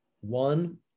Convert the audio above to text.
One